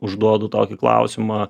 užduodu tokį klausimą